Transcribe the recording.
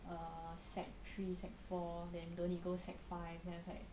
err sec three sec four then don't need go sec five then I was like